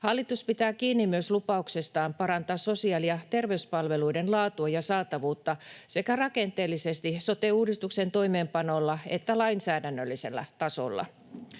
Hallitus pitää kiinni myös lupauksestaan parantaa sosiaali- ja terveyspalveluiden laatua ja saatavuutta sekä rakenteellisesti sote-uudistuksen toimeenpanolla että lainsäädännöllisellä tasolla.